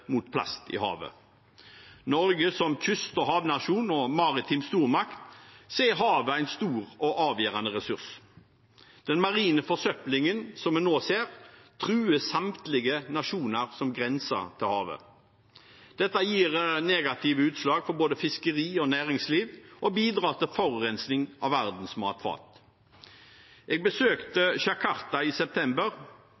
plast i havet. For Norge, som kyst- og havnasjon og maritim stormakt, er havet en stor og avgjørende ressurs. Den marine forsøplingen som vi nå ser, truer samtlige nasjoner som grenser mot havet. Dette gir negative utslag for både fiskeri og næringsliv og bidrar til forurensning av verdens matfat. Jeg besøkte